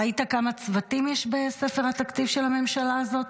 ראית כמה צוותים יש בספר התקציב של הממשלה הזאת?